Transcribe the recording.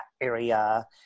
area